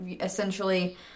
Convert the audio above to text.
essentially